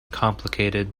complicated